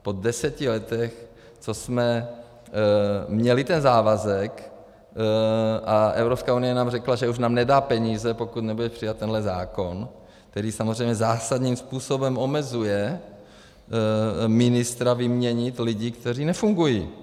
Po deseti letech, co jsme měli ten závazek a Evropská unie nám řekla, že už nám nedá peníze, pokud nebude přijat tenhle zákon, který samozřejmě zásadním způsobem omezuje ministra vyměnit lidi, kteří nefungují?